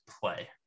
play